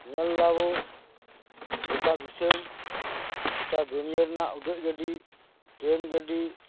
ᱧᱮᱞ ᱫᱟᱵᱚᱱ ᱜᱚᱴᱟ ᱫᱤᱥᱚᱢ ᱜᱚᱴᱟ ᱫᱩᱱᱭᱟᱹ ᱨᱮᱱᱟᱜ ᱩᱰᱟᱹᱜ ᱜᱟᱹᱰᱤ ᱴᱨᱮᱱ ᱜᱟᱹᱰᱤ